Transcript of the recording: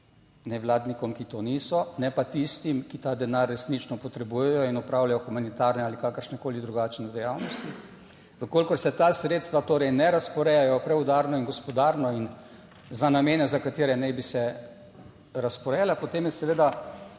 nevladnikom, ki to niso, ne pa tistim, ki ta denar resnično potrebujejo in opravljajo humanitarne ali kakršnekoli drugačne dejavnosti. V kolikor se ta sredstva torej ne razporejajo preudarno in gospodarno in za namene za katere naj bi se razporejala, potem je seveda